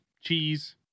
cheese